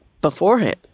beforehand